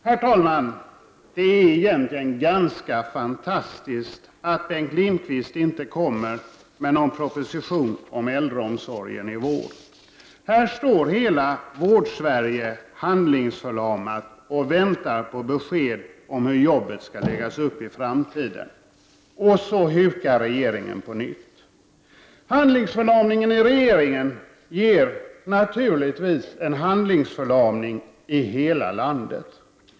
Herr talman! Det är egentligen ganska fantastiskt att Bengt Lindqvist inte kommer med någon proposition om äldreomsorgen i vår. Här står hela Vårdsverige handlingsförlamat och väntar på besked om hur jobbet skall läggas upp i framtiden, och så hukar regeringen på nytt! Handlingsförlamningen i regeringen ger naturligtvis en handlingsförlamning i hela landet.